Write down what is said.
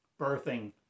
Birthing